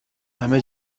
همه